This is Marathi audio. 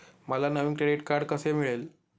मला नवीन क्रेडिट कार्ड कसे मिळेल?